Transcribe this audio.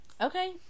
okay